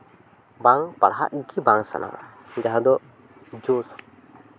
ᱵᱟᱝ ᱯᱟᱲᱦᱟᱜ ᱜᱮ ᱵᱟᱝ ᱥᱟᱱᱟᱣᱟ ᱡᱟᱦᱟᱸ ᱫᱚ ᱡᱳᱥ